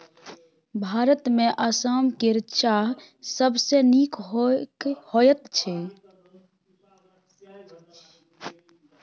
भारतमे आसाम केर चाह सबसँ नीक होइत छै